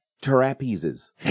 Trapezes